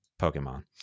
pokemon